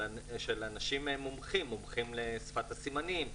של האנשים שהם מומחים לשפת הסימנים,